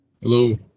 Hello